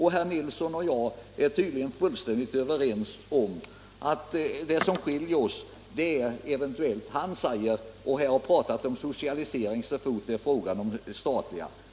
Herr Nilsson och jag är tydligen fullständigt överens om att det som skiljer oss åt är när han pratar om socialisering så fort det är fråga om statligt ägande.